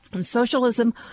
Socialism